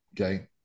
Okay